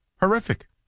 Horrific